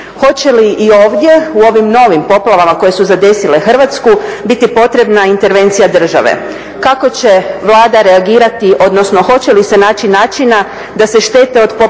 hoće li i ovdje u ovim novim poplavama koje su zadesile Hrvatsku biti potrebna intervencija države? Kako će Vlada reagirati, odnosno hoće li se naći načina da se štete od poplava